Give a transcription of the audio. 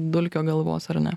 dulkio galvos ar ne